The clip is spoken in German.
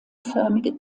förmige